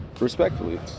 respectfully